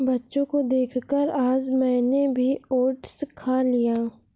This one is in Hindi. बच्चों को देखकर आज मैंने भी ओट्स खा लिया